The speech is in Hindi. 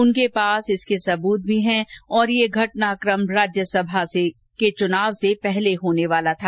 उनके पास इसके सबत भी हैं और यह घटनाक्रम राज्यसभा चनाव से पहले होने वाला था